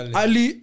ali